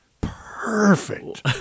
Perfect